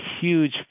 huge